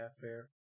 fair